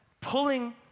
pulling